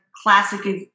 classic